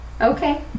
Okay